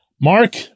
Mark